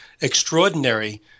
extraordinary